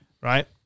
Right